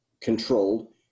controlled